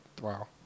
Wow